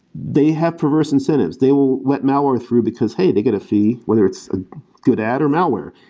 they have perverse incentives. they will let malware through, because, hey, they got a fee, whether it's a good ad or malware.